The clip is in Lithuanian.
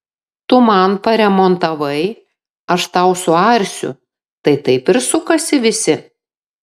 tu man paremontavai aš tau suarsiu tai taip ir sukasi visi